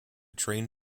train